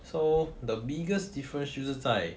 so the biggest difference 就是在